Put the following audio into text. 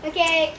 Okay